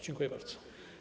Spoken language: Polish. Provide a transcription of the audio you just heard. Dziękuję bardzo.